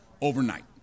Overnight